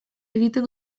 egiten